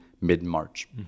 mid-march